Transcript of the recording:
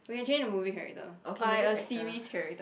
you can change to movie character or like a series character